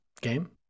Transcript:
Game